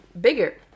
bigger